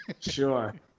Sure